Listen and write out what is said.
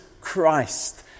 Christ